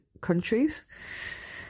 countries